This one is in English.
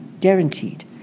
Guaranteed